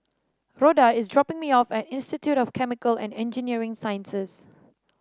Rhoda is dropping me off at Institute of Chemical and Engineering Sciences